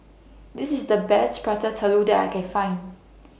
This IS The Best Prata Telur that I Can Find